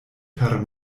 per